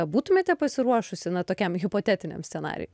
būtumėte pasiruošusi na tokiam hipotetiniam scenarijui